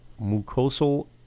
Mucosal